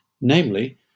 namely